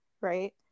right